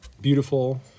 beautiful